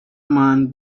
man